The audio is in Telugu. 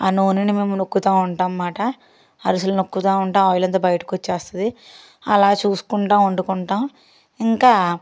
ఆ నూనెను మేము నొక్కుతా ఉంటాం అన్నమాట అరిసెలు నొక్కుతు ఉంటే ఆయిల్ అంతా బయటకు వచ్చేస్తుంది అలా చూసుకుంటు వండుకుంటాం ఇంకా